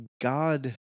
God